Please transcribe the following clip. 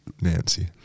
nancy